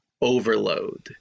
overload